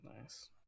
nice